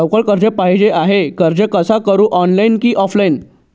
लवकर कर्ज पाहिजे आहे अर्ज कसा करु ऑनलाइन कि ऑफलाइन?